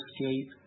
escape